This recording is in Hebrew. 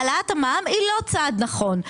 העלאת המע"מ היא לא צעד נכון.